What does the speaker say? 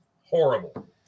Horrible